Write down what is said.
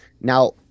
Now